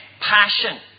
passion